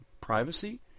privacy